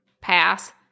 pass